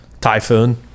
Typhoon